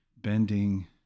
bending